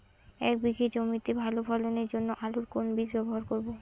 এক বিঘে জমিতে ভালো ফলনের জন্য আলুর কোন বীজ ব্যবহার করব?